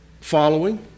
following